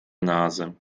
nase